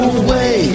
away